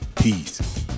peace